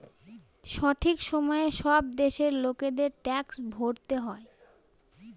সঠিক সময়ে সব দেশের লোকেদের ট্যাক্স ভরতে হয়